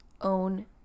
Own